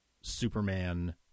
Superman